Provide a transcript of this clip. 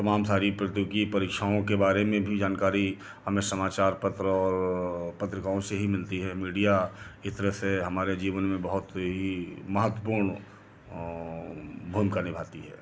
तमाम सारी प्रतियोगी परीक्षाओं के बारे में भी जानकारी हमें समाचार पत्र और पत्रिकाओं से ही मिलती है मीडिया इस तरह से हमारे जीवन में बहुत ही महतपूर्ण भूमिका निभाती है